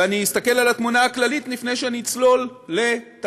ואני אסתכל על התמונה הכללית לפני שאני אצלול לתחנת